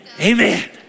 Amen